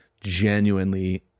genuinely